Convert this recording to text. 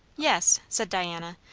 yes, said diana,